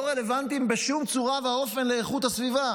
רלוונטיים בשום צורה ואופן לאיכות הסביבה.